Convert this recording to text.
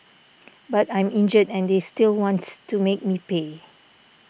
but I'm injured and they still wants to make me pay